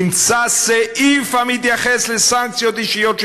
נמצא סעיף המתייחס לסנקציות אישיות על